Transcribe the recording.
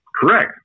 Correct